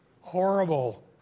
horrible